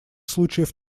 случаев